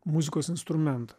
muzikos instrumentą